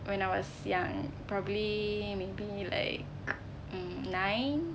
when I was young probably maybe like mm nine